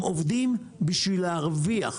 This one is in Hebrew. הם עובדים בשביל להרוויח